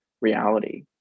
reality